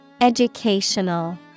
Educational